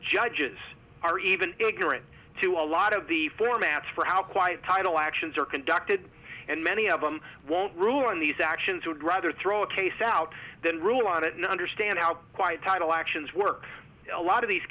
judges are even ignorant to a lot of the formats for how quiet title actions are conducted and many of them won't ruin these actions would rather throw a case out then rule i don't know understand how quite title actions work a lot of these